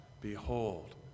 Behold